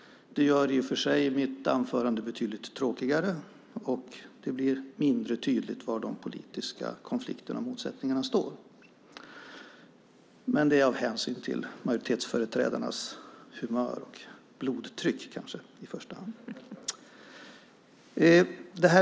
Det gör i och för sig mitt anförande betydligt tråkigare, och det blir mindre tydligt var de politiska konflikterna och motsättningarna står. Men det är av hänsyn till majoritetsföreträdarnas humör, och blodtryck kanske i första hand.